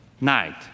night